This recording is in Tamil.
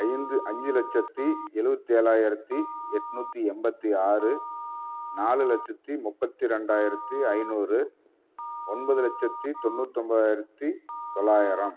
ஐந்து அஞ்சு லட்சத்தி எழுபத்தி ஏழாயிரத்தி எண்நூத்தி எண்பத்தி ஆறு நாலு லட்சத்தி முப்பத்தி ரெண்டாயிரத்தி ஐநூறு ஒன்பது லட்சத்தி தொண்ணூத்தொம்போதாயிரத்தி தொள்ளாயிரம்